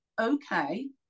okay